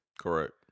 Correct